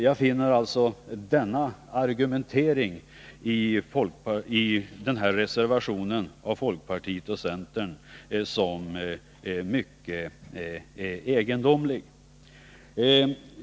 Jag finner alltså denna argumentering i reservationen av folkpartiet och centern som mycket egendomlig.